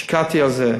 השקעתי בזה,